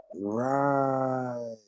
Right